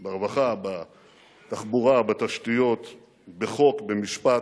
ברווחה, בתחבורה, בתשתיות, בחוק, במשפט,